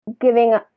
giving